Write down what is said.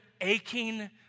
aching